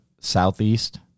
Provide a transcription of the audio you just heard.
Southeast